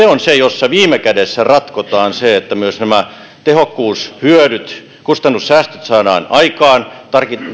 on se missä viime kädessä ratkotaan se että myös nämä tehokkuushyödyt kustannussäästöt saadaan aikaan